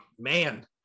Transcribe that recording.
man